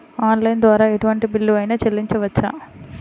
Online ద్వారా ఎటువంటి bill అయినా చెల్లించవచ్చా?